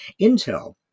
Intel